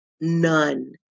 None